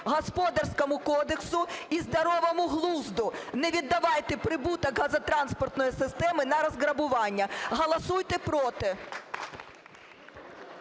Господарському кодексу і здоровому глузду. Не віддавайте прибуток газотранспортної системи на розграбування. Голосуйте "проти".